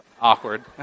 awkward